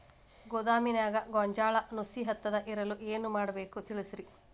ಗೋದಾಮಿನ್ಯಾಗ ಗೋಂಜಾಳ ನುಸಿ ಹತ್ತದೇ ಇರಲು ಏನು ಮಾಡಬೇಕು ತಿಳಸ್ರಿ